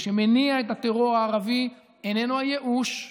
מה שמניע את הטרור הערבי איננו הייאוש,